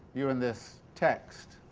you and this text,